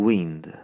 Wind